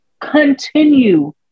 Continue